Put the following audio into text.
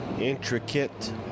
intricate